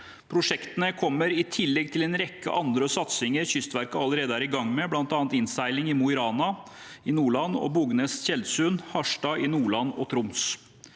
Prosjektene kommer i tillegg til en rekke andre satsinger Kystverket allerede er i gang med, bl.a. innseiling til Mo i Rana i Nordland, og Bognes–Tjeldsundet–Harstad i Nordland og Troms.